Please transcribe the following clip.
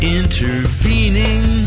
intervening